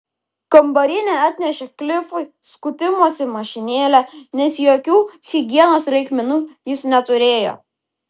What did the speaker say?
kambarinė atnešė klifui skutimosi mašinėlę nes jokių higienos reikmenų jis neturėjo